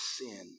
sin